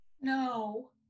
No